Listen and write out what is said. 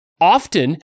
often